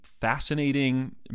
fascinating